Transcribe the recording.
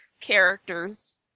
characters